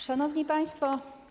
Szanowni Państwo!